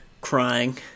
crying